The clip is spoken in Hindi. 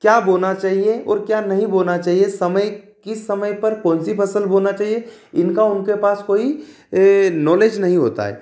क्या बोना चाहिए और क्या नहीं बोना चाहिए किस समय पर कौनसी फसल बोना चाहिए इनका उनके पास कोई नोलेज नहीं होता है